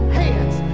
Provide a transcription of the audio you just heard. hands